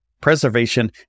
preservation